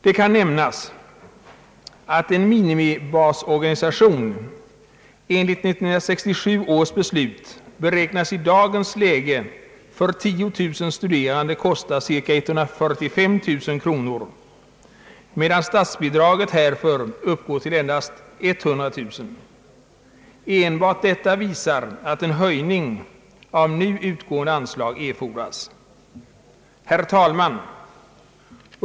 Det kan nämnas att en minimibasorganisation enligt 1967 års beslut beräknas i dagens läge kosta cirka 145 000 kronor för 10 000 studerande, medan statsbidraget härför uppgår till endast 100 000 kronor. Enbart detta visar att en höjning av nu utgående anslag erfordras. Herr talman!